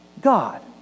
God